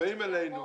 דרך אגב,